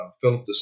Philip